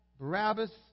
Barabbas